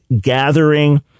gathering